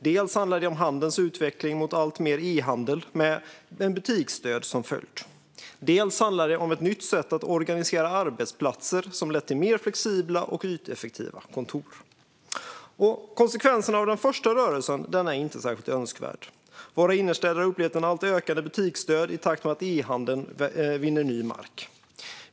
Dels handlar det om handelns utveckling mot alltmer e-handel, med butiksdöd som följd, dels handlar det om ett nytt sätt att organisera arbetsplatser, vilket har lett till mer flexibla och yteffektiva kontor. Konsekvenserna av den första rörelsen är inte särskilt önskvärd. Våra innerstäder har upplevt en ökande butiksdöd i takt med att e-handeln vinner ny mark.